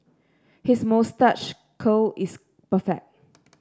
his moustache curl is perfect